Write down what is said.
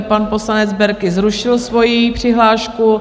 Pan poslanec Berki zrušil svoji přihlášku.